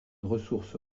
ressource